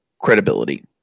credibility